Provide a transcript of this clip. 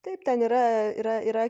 taip ten yra yra yra